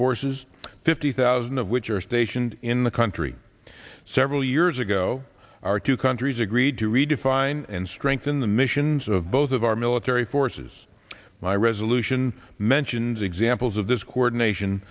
forces fifty thousand of which are stationed in the country several years ago our two countries agreed to redefine and strengthen the missions of both of our military forces my resolution mentions examples of this coordination